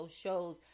shows